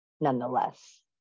nonetheless